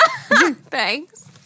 Thanks